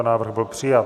Návrh byl přijat.